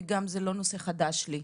וגם זה לא נושא חדש לי.